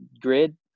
Grid